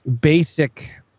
basic